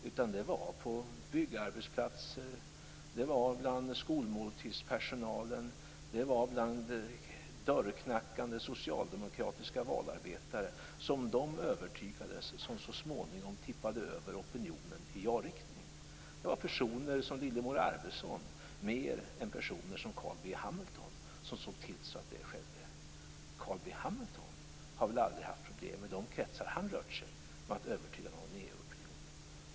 Utan det var på byggarbetsplatser, bland skolmåltidspersonal och bland dörrknackande socialdemokratiska valarbetare som de övertygades som så småningom tippade över opinionen i ja-riktningen. Det var personer som Lillemor Arvidsson mer än personer som Carl B Hamilton som såg till att det skedde. Carl B Hamilton har väl aldrig haft problem i de kretsar han rört sig med att övertyga någon EU-opinion.